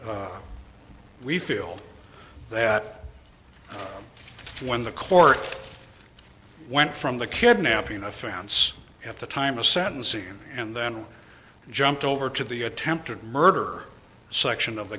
we feel that when the court went from the kidnapping offense at the time of sentencing and then jumped over to the attempted murder section of the